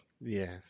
yes